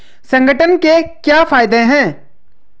संगठन के क्या फायदें हैं?